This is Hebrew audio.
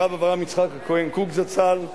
הרב אברהם יצחק הכהן קוק זצ"ל.